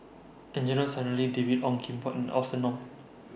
Angelo Sanelli David Ong Kim Port and Austen Ong